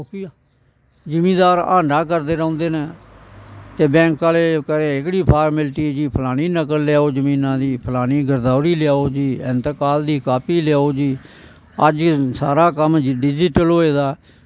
जिमीदार आना करदे रौंह्दे न ते बैंक आह्ले कदें एह्कड़ी फारमैल्टी फलानी नकल लेआओ जमीना दी फलानी गरदौरी लेआओ जी ऐंतकाल दी कापी लेआओ जी अज्ज सारा कम्म डिज़टल होए दा